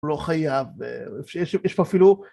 לא חייב, יש פה אפילו...